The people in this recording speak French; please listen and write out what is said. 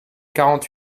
quarante